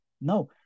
No